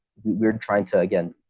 we're trying to again,